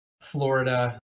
Florida